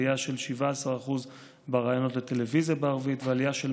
עלייה של 17% בראיונות לטלוויזיה בערבית ועלייה של